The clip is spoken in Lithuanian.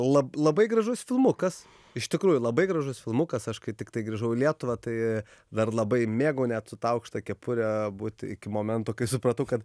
lab labai gražus filmukas iš tikrųjų labai gražus filmukas aš kai tiktai grįžau į lietuvą tai dar labai mėgau net su ta aukšta kepure būt iki momento kai supratau kad